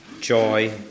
joy